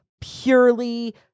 purely